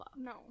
No